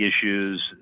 issues